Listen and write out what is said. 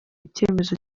icyemezo